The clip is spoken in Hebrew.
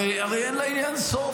הרי אין לעניין סוף.